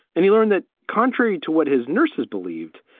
and he learned that contrary to what his nurses believed,